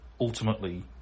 Ultimately